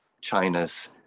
China's